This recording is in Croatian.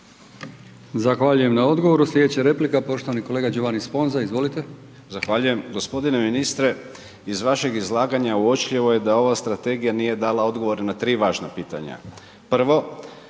Zahvaljujem na odgovoru. Slijedeća replika poštovani Giovanni Sponza, izvolite. **Sponza, Giovanni (IDS)** Zahvaljujem. g. Ministre, iz vašeg izlaganja uočljivo je da ova strategija nije dala odgovor na 3 važna pitanja. Prvo,